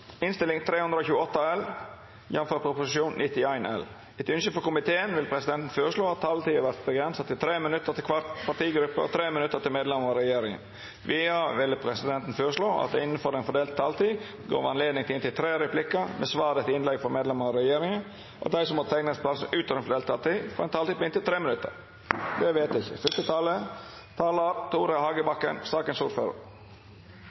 innstilling fra helse- og omsorgskomiteen vil presidenten foreslå at taletiden blir begrenset til 3 minutter til hver partigruppe og 3 minutter til medlemmer av regjeringen. Videre vil presidenten foreslå at det – innenfor den fordelte taletid – blir gitt anledning til inntil tre replikker med svar etter innlegg fra medlemmer av regjeringen, og at de som måtte tegne seg på talerlisten utover den fordelte taletid, også får en taletid på inntil 3 minutter. – Det